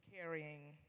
carrying